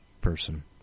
person